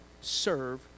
serve